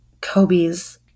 Kobe's